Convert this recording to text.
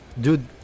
dude